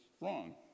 wrong